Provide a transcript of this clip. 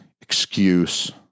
excuse